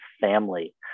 family